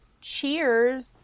cheers